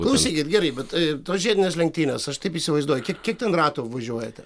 klausykit gerai bet tai tos žiedinės lenktynės aš taip įsivaizduoju kiek kiek ten ratų važiuojate